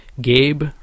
gabe